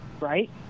Right